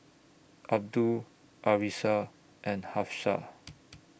Abdul Arissa and Hafsa